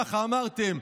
ככה אמרתם,